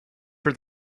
for